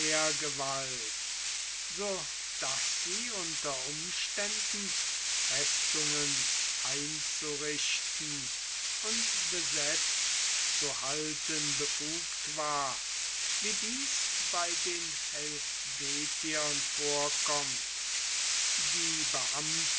militärgewalt so daß sie unter umständen festungen einzurichten und besetzt zu halten befugt war wie dies bei den helvetiern vorkommt die beamten